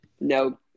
No